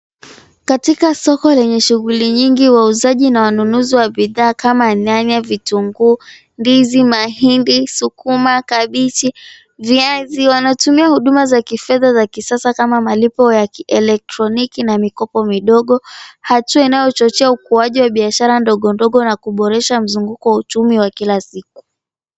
Katika soko lenye shughli nyingi wauzaji na wanunuzi wa bidhaa kama nyanya, vitunguu, ndizi, mahindi, sukuma, kabichi, viazi, wanatumia huduma za kifedha za kisasa kama malipo ya kielektroniki na mikopo midogo. Hatua inayochochea ukuaji wa biashara ndogo ndogo na kuboresha mzunguko wa uchumi wa kila siku.